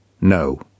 No